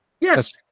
yes